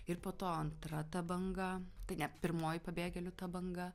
ir po to antra ta banga tai ne pirmoji pabėgėlių banga